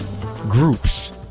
groups